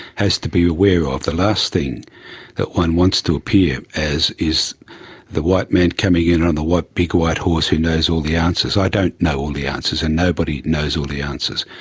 has to be aware of. the last thing that one wants to appear as is the white man coming in on the big white horse who knows all the answers. i don't know all the answers and nobody knows all the answers.